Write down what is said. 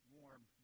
warm